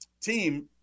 team